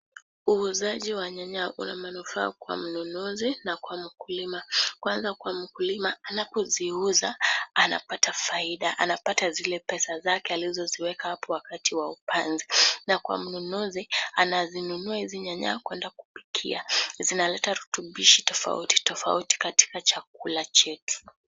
Uuzaji wa nyanya una manufaa kwa mnunuzi na kwa mkulima kwanza kwa mkulima anapoziuza anapata faida anapata zile pesa zake alizoziweka hapo wakati wa upanzi na kwa mnunuzi anazinunua hizi nyanya kwenda kupikia. Zinaleta rutubishi tofauti tofauti katika chakula chetu.